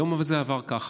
היום הזה עבר ככה.